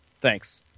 thanks